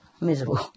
miserable